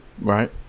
Right